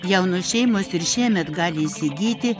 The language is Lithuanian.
jaunas šeimos ir šiemet gali įsigyti